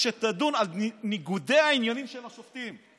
שתדון על ניגודי העניינים של השופטים.